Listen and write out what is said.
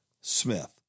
Smith